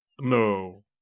No